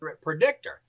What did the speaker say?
predictor